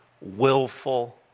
willful